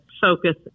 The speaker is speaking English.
focus